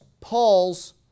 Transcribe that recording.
Paul's